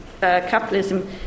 capitalism